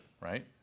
right